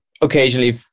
occasionally